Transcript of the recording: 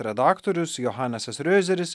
redaktorius johanesas riozeris